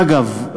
אגב,